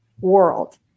world